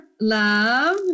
love